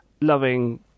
loving